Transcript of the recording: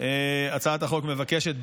הצעת החוק מבקשת,